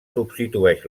substitueix